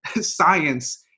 science